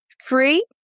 free